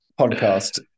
podcast